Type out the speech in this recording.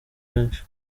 benshi